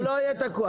הוא לא יהיה תקוע